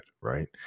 right